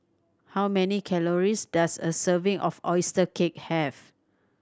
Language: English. how many calories does a serving of oyster cake have